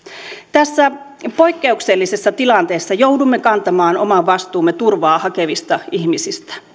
tässä poikkeuksellisessa tilanteessa joudumme kantamaan oman vastuumme turvaa hakevista ihmisistä